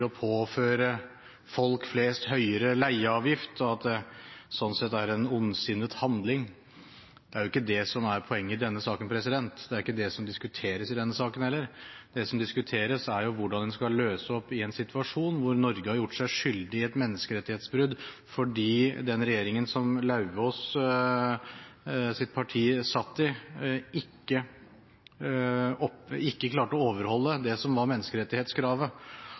å påføre folk flest høyere leieavgift, og at det sånn sett er en ondsinnet handling. Det er ikke det som er poenget i denne saken. Det er ikke det som diskuteres i denne saken heller. Det som diskuteres, er hvordan en skal løse opp i en situasjon hvor Norge har gjort seg skyldig i et menneskerettighetsbrudd, fordi den regjeringen som Lauvås’ parti satt i, ikke klarte å overholde det som var menneskerettighetskravet.